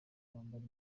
bambara